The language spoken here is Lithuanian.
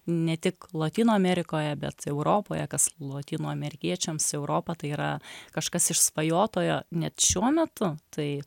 ne tik lotynų amerikoje bet europoje kas lotynų amerikiečiams europa tai yra kažkas išsvajotojo net šiuo metu tai